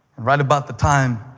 right about the time